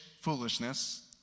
foolishness